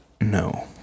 no